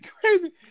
crazy